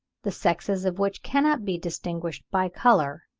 the sexes of which cannot be distinguished by colour,